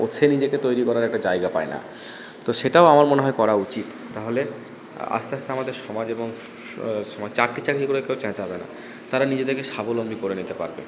ও সে নিজেকে তৈরি করার একটা জায়গা পায় না তো সেটাও আমার মনে হয় করা উচিত তাহলে আস্তে আস্তে আমাদের সমাজ এবং চাকরি চাকরি করে কেউ চেঁচাবে না তারা নিজেদেরকে স্বাবলম্বী করে নিতে পারবে